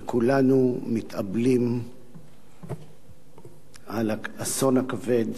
וכולנו מתאבלים על האסון הכבד